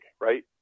right